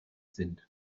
sind